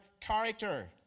character